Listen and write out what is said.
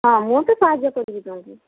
ହଁ ମୁଁ ତ ସାହାଯ୍ୟ କରିବି ତମକୁ